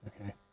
okay